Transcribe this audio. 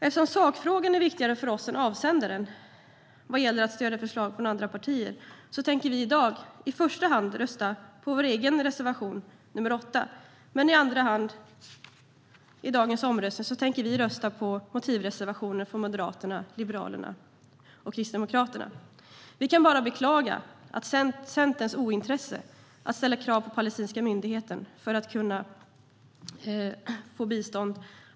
Eftersom sakfrågan är viktigare för oss än avsändaren vad gäller att stödja förslag från andra partier tänker vi i dagens omröstning i första hand rösta på vår egen reservation, nr 8, men i andra hand rösta på motivreservationen från Moderaterna, Liberalerna och Kristdemokraterna. Vi kan bara beklaga Centerns ointresse för att ställa krav på den palestinska myndigheten och villkora biståndet.